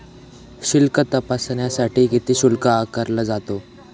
शिल्लक तपासण्यासाठी किती शुल्क आकारला जातो?